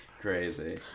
crazy